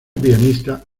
pianista